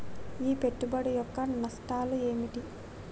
ఈ పెట్టుబడి యొక్క నష్టాలు ఏమిటి?